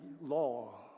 law